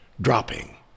dropping